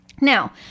Now